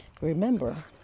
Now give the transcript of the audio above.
Remember